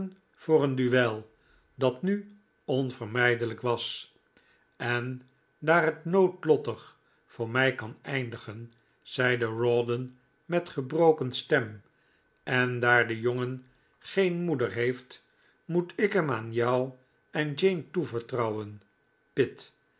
voor het duel dat nu onvermijdelijk was en daar het noodlottig voor mij kan eindigen zeide rawdon met gebroken stem en daar de jongen geen moeder heeft moet ik hem aan jou en jane toevertrouwen pitt